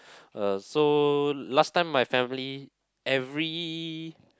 uh so last time my family every